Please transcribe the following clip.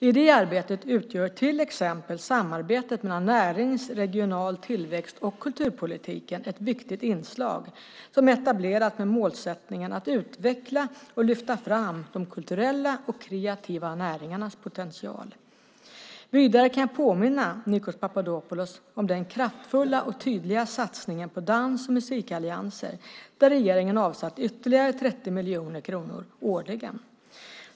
I det arbetet utgör till exempel samarbetet mellan närings-, regional tillväxt och kulturpolitiken ett viktigt inslag som etablerats med målsättningen att utveckla och lyfta fram de kulturella och kreativa näringarnas potential. Vidare kan jag påminna Nikos Papadopoulos om den kraftfulla och tydliga satsningen på dans och musikallianser där regeringen avsatt ytterligare 30 miljoner kronor årligen.